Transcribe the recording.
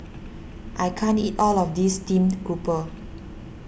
I can't eat all of this Steamed Grouper